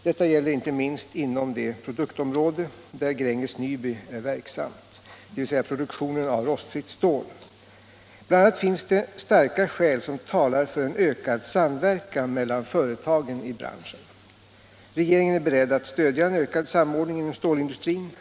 Detta gäller inte minst inom det produktområde där Gränges Nyby är verksamt, dvs. produktionen av rostfritt stål. Bl. a. finns det starka skäl som talar för en ökad samverkan mellan företagen i branschen. Regeringen är beredd att stödja en ökad samordning inom stålindustrin.